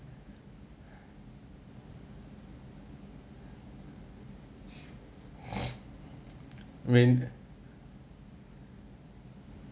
ring